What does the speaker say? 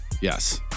Yes